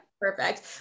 Perfect